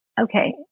okay